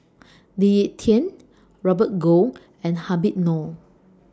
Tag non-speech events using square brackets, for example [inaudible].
Lee Ek Tieng Robert Goh and Habib Noh [noise]